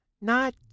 Not